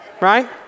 right